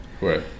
right